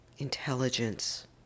intelligence